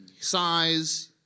Size